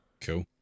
Cool